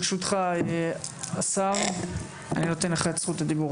ברשותך השר אני נותן לך את זכות הדיבור,